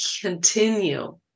continue